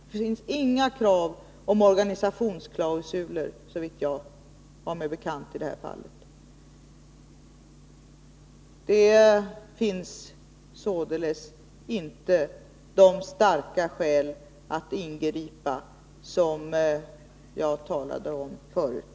Det finns inga krav om organisationsklausul, såvitt jag har mig bekant i detta fall. Det finns således inte de starka skäl att ingripa som jag talade om förut.